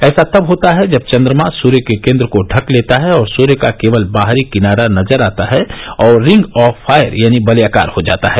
ऐसा तब होता है जब चंद्रमा सूर्य के केन्द्र को ढक लेता है और सूर्य का केवल बाहरी किनारा नजर आता है और रिंग ऑफ फायर यानी वलयाकार हो जाता है